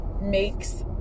makes